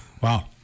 Wow